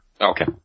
Okay